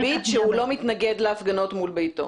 פומבית שהוא לא מתנגד להפגנות מול ביתו.